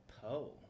Poe